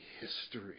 history